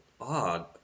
odd